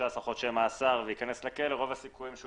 חודשי מאסר וייכנס לכלא רוב הסיכויים שהוא